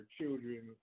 children